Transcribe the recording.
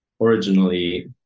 Originally